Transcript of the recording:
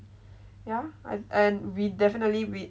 yeah and and we definitely we'd